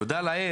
תודה לאל,